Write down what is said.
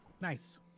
Nice